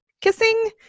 kissing